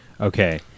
Okay